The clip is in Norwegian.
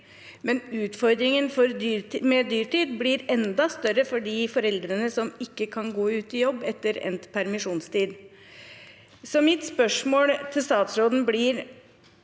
men utfordringen med dyrtid blir enda større for de foreldrene som ikke kan gå ut i jobb etter endt permisjonstid. Så mitt spørsmål til statsråden blir: